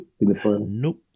Nope